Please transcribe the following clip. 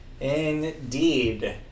Indeed